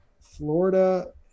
Florida